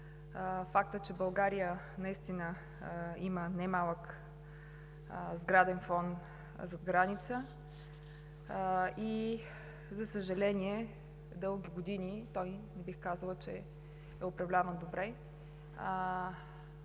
факта, че България наистина има немалък сграден фонд зад граница. За съжаление, дълги години той не бих казала, че е управляван добре.